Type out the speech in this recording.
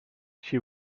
she